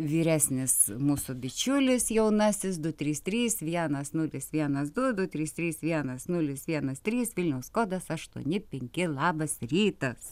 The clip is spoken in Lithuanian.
vyresnis mūsų bičiulis jaunasis du trys trys vienas nulis vienas du du trys trys vienas nulis vienas trys vilniaus kodas aštuoni penki labas rytas